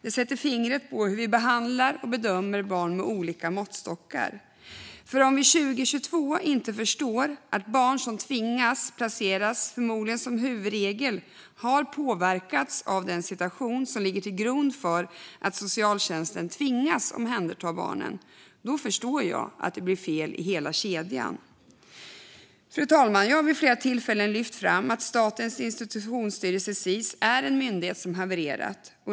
Det sätter fingret på hur vi behandlar och bedömer barn efter olika måttstockar. Om vi år 2022 inte förstår att barn som placeras förmodligen som huvudregel har påverkats av den situation som ligger till grund för att socialtjänsten tvingas omhänderta barnet förstår jag att det blir fel i hela kedjan. Fru talman! Jag har vid flera tillfällen lyft fram att Statens institutionsstyrelse, Sis, är en myndighet som havererat.